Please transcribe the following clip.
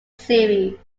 series